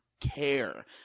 care